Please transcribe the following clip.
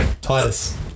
Titus